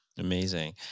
amazing